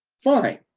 fine,